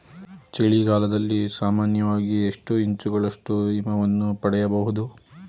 ಚಳಿಗಾಲದಲ್ಲಿ ಸಾಮಾನ್ಯವಾಗಿ ಎಷ್ಟು ಇಂಚುಗಳಷ್ಟು ಹಿಮವನ್ನು ಪಡೆಯಬಹುದು?